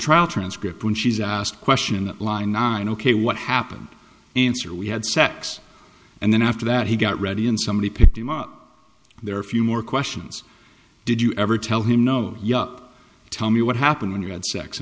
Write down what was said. trial transcript when she's asked a question in that line nine ok what happened answer we had sex and then after that he got ready and somebody picked him up there a few more questions did you ever tell him no yeah tell me what happened when you had sex